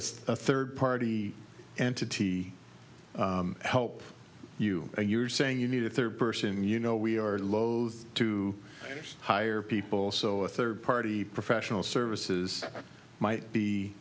as a third party entity help you you're saying you need a third person you know we are loathe to hire people so a third party professional services might be